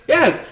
Yes